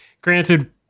Granted